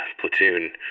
platoon